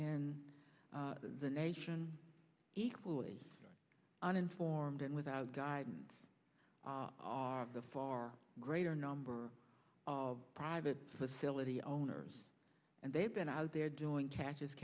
in the nation equally uninformed and without guidance are the far greater number of private facility owners and they've been out there doing catch